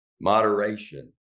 moderation